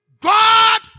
God